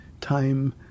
time